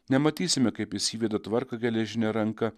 nematysime kaip jis įvedė tvarką geležine ranka